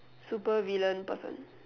supervillain person